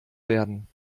werden